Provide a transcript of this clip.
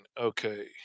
Okay